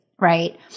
right